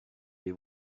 les